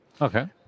Okay